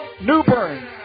Newburn